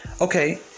Okay